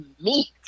meat